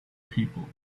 people